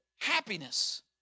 happiness